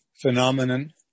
phenomenon